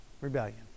rebellion